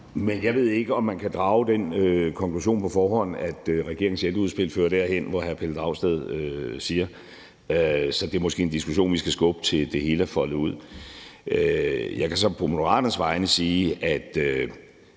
(M): Jeg ved ikke, om man på forhånd kan drage den konklusion, at regeringens ældreudspil fører derhen, hvor hr. Pelle Dragsted siger, så det er måske en diskussion, vi skal skubbe, til det hele er foldet ud. Jeg kan så på Moderaternes vegne sige, at